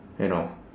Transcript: you know